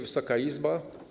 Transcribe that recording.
Wysoka Izbo!